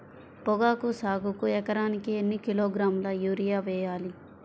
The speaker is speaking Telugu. పొగాకు సాగుకు ఎకరానికి ఎన్ని కిలోగ్రాముల యూరియా వేయాలి?